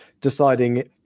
deciding